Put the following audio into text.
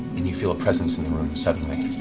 and you feel a presence in the room, suddenly.